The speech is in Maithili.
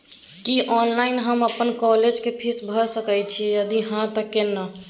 की ऑनलाइन हम अपन कॉलेज के फीस भैर सके छि यदि हाँ त केना?